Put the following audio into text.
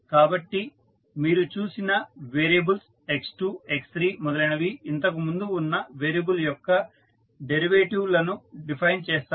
కాబట్టి మీరు చూసిన వేరియబుల్ x2 x3 మొదలైనవి ఇంతకు ముందు ఉన్న వేరియబుల్ యొక్క డెరివేటివ్ లను డిఫైన్ చేస్తాయి